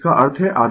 यह आधा C Vm2 होगी